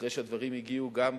ואחרי שהדברים הגיעו גם,